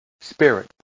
Spirit